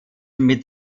mit